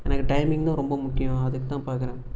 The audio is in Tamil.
எனக்கு டைமிங்கும் ரொம்ப முக்கியம் அதுக்குதான் பார்க்குறேன்